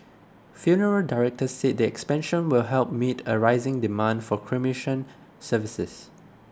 funeral directors said the expansion will help meet a rising demand for cremation services